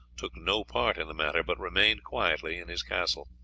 took no part in the matter, but remained quietly in his castle.